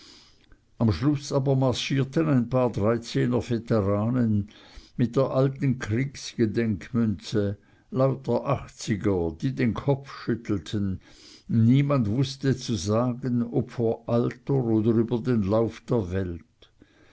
am schluß aber marschierten ein paar dreizehner veteranen mit der alten kriegsdenkmünze lauter achtziger die den kopf schüttelten niemand wußte zu sagen ob vor alter oder über den lauf der welt